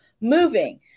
moving